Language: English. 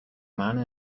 man